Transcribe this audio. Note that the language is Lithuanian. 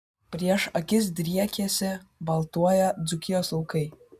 prieš akis driekėsi baltuoją dzūkijos laukai